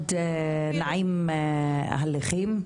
נעים הליכות.